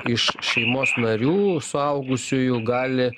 iš šeimos narių suaugusiųjų gali